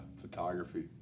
photography